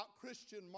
Christian